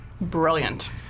Brilliant